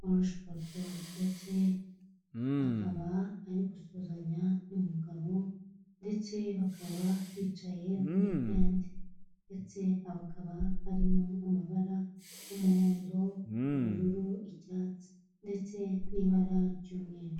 wa ruge borudo ndetse akaba ari gusuhuzanya n'umugabo, ndetse bakaba bicaye muri tente, ndetse hakaba harimo amabara y'umuhondo, ubururu, icyatsi ndetse n'ibara ry'umweru.